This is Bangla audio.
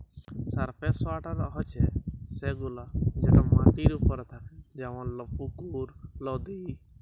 সারফেস ওয়াটার হছে সেগুলা যেট মাটির উপরে থ্যাকে যেমল পুকুর, লদী